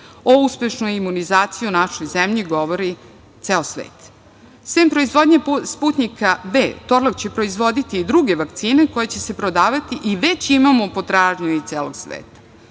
O uspešnoj imunizaciji o našoj zemlji govori ceo svet. Sem proizvodnje Sputnjika V, „Torlak“ će proizvoditi i druge vakcine koje će se prodavati i već imamo potražnju iz celog sveta.